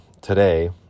today